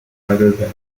heidelberg